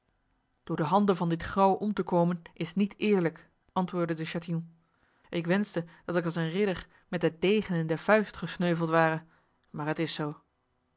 door de handen van dit grauw om te komen is niet eerlijk antwoordde de chatillon ik wenste dat ik als een ridder met de degen in de vuist gesneuveld ware maar het is zo